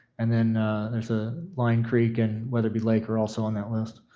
and then there's ah line creek and weatherby lake are also on that list.